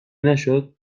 نشد